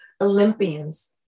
Olympians